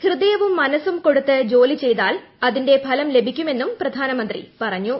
ഹൃദയവും മനസ്സും കൊടുത്ത് ജോലി ചെയ്താൽ അതിന്റെ ഫലം ലഭിക്കുമെന്നും പ്രധാനമന്ത്രി പറഞ്ഞു